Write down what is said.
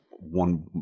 One